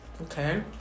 Okay